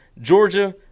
Georgia